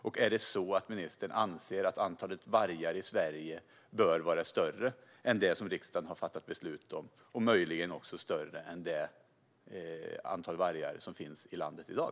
Och är det så att ministern anser att antalet vargar i Sverige bör vara större än det som riksdagen har fattat beslut om och möjligen också större än det antal vargar som finns i landet i dag?